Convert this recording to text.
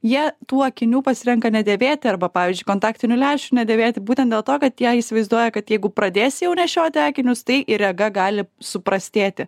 jie tų akinių pasirenka nedėvėti arba pavyzdžiui kontaktinių lęšių nedėvėti būtent dėl to kad jie įsivaizduoja kad jeigu pradėsi jau nešioti akinius tai ir rega gali suprastėti